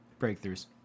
breakthroughs